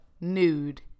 Nude